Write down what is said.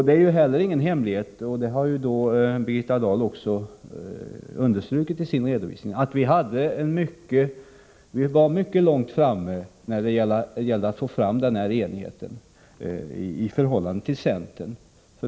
Det är inte heller någon hemlighet, vilket Birgitta Dahl också har understrukit i sin redovisning, att vi var mycket långt framme när det gällde att åstadkomma denna enighet i förhållande till centern.